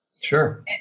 sure